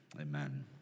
amen